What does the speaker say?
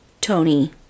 Tony